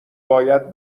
باید